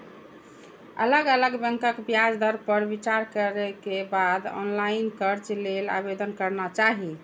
अलग अलग बैंकक ब्याज दर पर विचार करै के बाद ऑनलाइन कर्ज लेल आवेदन करना चाही